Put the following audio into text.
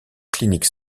clinique